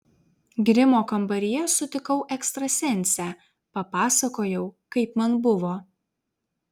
grimo kambaryje sutikau ekstrasensę papasakojau kaip man buvo